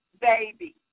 Baby